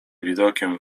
widokiem